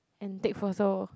and take photo